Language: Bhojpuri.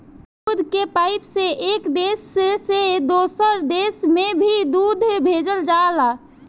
दूध के पाइप से एक देश से दोसर देश में भी दूध भेजल जाला